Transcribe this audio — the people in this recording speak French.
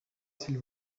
s’il